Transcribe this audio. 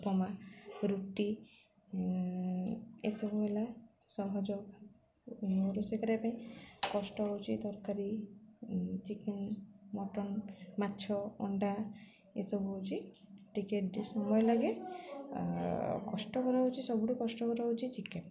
ଉପମା ରୁଟି ଏସବୁ ହେଲା ସହଜ ରୋଷେଇ କରିବା ପାଇଁ କଷ୍ଟ ହେଉଛି ତରକାରୀ ଚିକେନ ମଟନ ମାଛ ଅଣ୍ଡା ଏସବୁ ହେଉଛି ଟିକେ ସମୟ ଲାଗେ କଷ୍ଟକର ହେଉଛି ସବୁଠୁ କଷ୍ଟକର ହେଉଛି ଚିକେନ